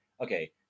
okay